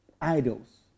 idols